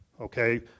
okay